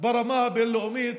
ברמה הבין-לאומית,